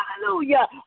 hallelujah